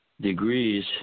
degrees